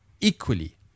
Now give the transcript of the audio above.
equally